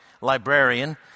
librarian